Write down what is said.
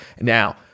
Now